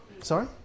Sorry